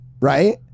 right